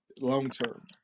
long-term